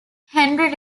henry